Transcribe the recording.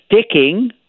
sticking